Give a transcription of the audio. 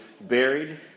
buried